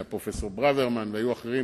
היה פרופסור ברוורמן והיו אחרים,